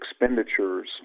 expenditures